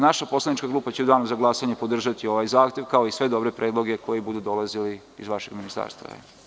Naša poslanička grupa će u danu za glasanje podržati ovaj zahtev, kao i sve dobre predloge koji budu dolazili iz vašeg ministarstva.